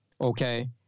okay